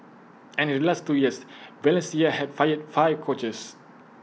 and in the last two years Valencia had fired five coaches